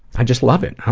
i just love it. um